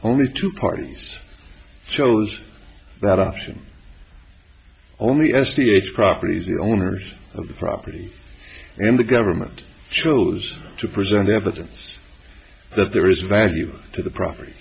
only two parties chose that option only s t h properties the owners of the property and the government chose to present evidence that there is a value to the property